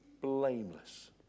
blameless